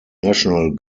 national